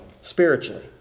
spiritually